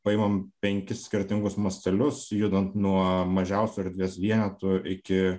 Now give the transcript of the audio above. paimam penkis skirtingus mastelius judam nuo mažiausių erdvės vienetų iki